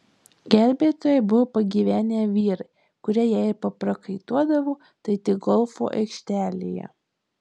gelbėtojai buvo pagyvenę vyrai kurie jei ir paprakaituodavo tai tik golfo aikštelėje